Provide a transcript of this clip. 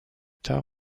tard